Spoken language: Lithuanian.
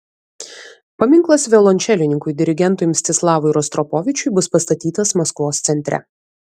paminklas violončelininkui dirigentui mstislavui rostropovičiui bus pastatytas maskvos centre